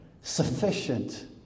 sufficient